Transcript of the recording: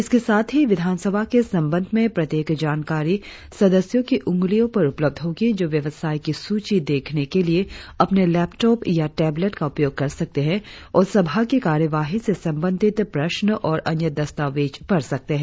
इसके साथ ही विधानसभा के संबंध में प्रत्येक जानकारी सदस्यों की उंगलियों पर उपलब्ध होगी जो व्यवसाय की सूची देखने के लिए अपने टैबलेट या लैपटॉप का उपयोग कर सकते है और सभा की कार्यवाही से संबंधित प्रश्न और अन्य दस्तावेज पढ़ सकते है